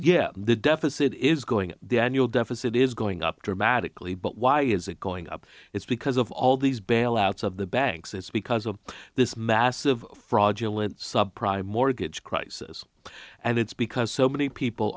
yeah the deficit is going the annual deficit is going up dramatically but why is it going up it's because of all these bailouts of the banks it's because of this massive fraud subprime mortgage crisis and it's because so many people